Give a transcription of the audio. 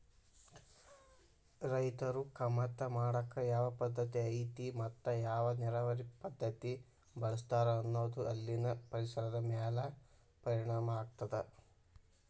ರೈತರು ಕಮತಾ ಮಾಡಾಕ ಯಾವ ಪದ್ದತಿ ಐತಿ ಮತ್ತ ಯಾವ ನೇರಾವರಿ ಪದ್ಧತಿ ಬಳಸ್ತಾರ ಅನ್ನೋದು ಅಲ್ಲಿನ ಪರಿಸರದ ಮ್ಯಾಲ ಪರಿಣಾಮ ಆಗ್ತದ